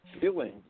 feeling